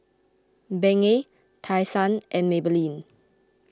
Bengay Tai Sun and Maybelline